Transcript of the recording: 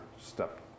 step